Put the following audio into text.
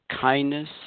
kindness